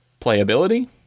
playability